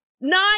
nine